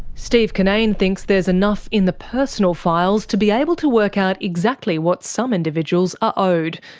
steve kinnane thinks there's enough in the personal files to be able to work out exactly what some individuals are owed,